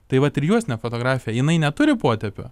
tai vat ir juostinė fotografija jinai neturi potėpio